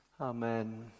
Amen